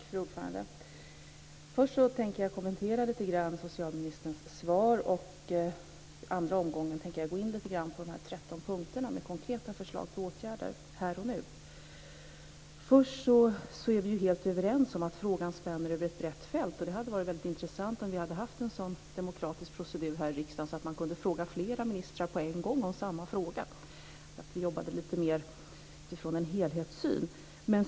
Fru talman! Först tänker jag kommentera socialministerns svar lite grann och i andra omgången tänker jag gå in på de 13 punkterna med konkreta förslag till åtgärder. Vi är helt överens om att frågan spänner över ett brett fält. Det hade varit intressant om vi hade haft en sådan demokratisk procedur här i riksdagen att man hade kunnat ställa samma fråga till flera ministrar samtidigt, att man diskuterade mera utifrån en helhetssyn.